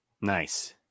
Nice